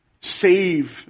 save